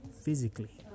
physically